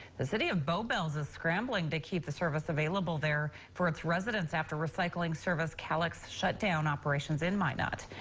the city of bowbells is scrambling to keep the service available there for its residents, after recycling service kalix shut down operations in minot.